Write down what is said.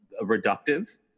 reductive